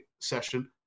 session